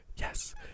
Yes